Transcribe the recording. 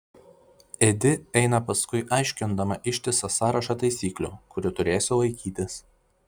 edi eina paskui aiškindama ištisą sąrašą taisyklių kurių turėsiu laikytis